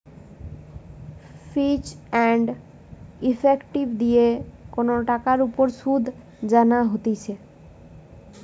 ফিচ and effective দিয়ে কন টাকার উপর শুধ জানা হতিছে